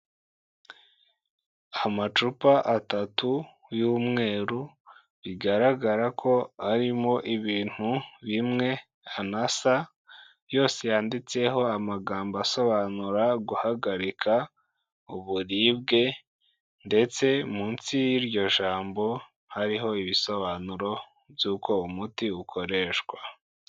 Amacupa atatu y'umweru, bigaragara ko arimo ibintu bimwe anasa, yose yanditseho amagambo asobanura guhagarika uburibwe ndetse munsi y'iryo jambo hariho ibisobanuro by'uko umuti ukoreshwa.